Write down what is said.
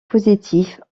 positive